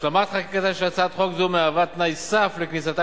השלמת חקיקתה של הצעת חוק זו מהווה תנאי סף לכניסתם